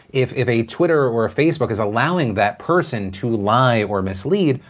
if if a twitter or a facebook is allowing that person to lie or mislead,